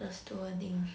the stewarding